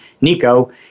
Nico